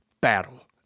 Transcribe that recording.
battle